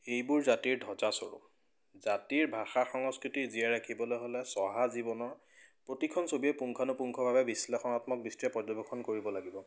এইবোৰ জাতিৰ ধ্বজাস্বৰূপ জাতিৰ ভাষা সংস্কৃতি জীয়াই ৰাখিবলৈ হ'লে চহা জীৱনৰ প্ৰতিখন ছবিয়ে পুংখানুপুংখভাৱে বিশ্লেষণাত্মক দৃষ্টিৰে পৰ্যবেক্ষণ কৰিব লাগিব